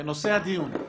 בנושא הדיון.